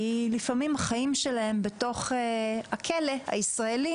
כי לפעמים החיים שלהם בתוך הכלא הישראלי